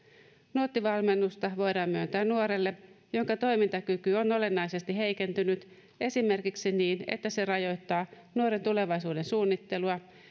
nuotti valmennusta voidaan myöntää nuorelle jonka toimintakyky on olennaisesti heikentynyt esimerkiksi niin että se rajoittaa nuoren tulevaisuuden suunnittelua tai